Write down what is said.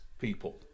people